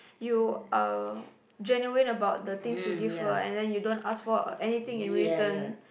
you are genuine about the things you give her and then you don't ask for anything in return